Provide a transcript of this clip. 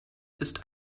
ist